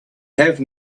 have